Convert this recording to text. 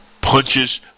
punches